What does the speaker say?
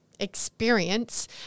experience